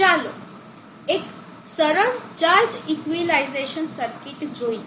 ચાલો એક સરળ ચાર્જ ઇક્વિલિઝેશન સર્કિટ જોઈએ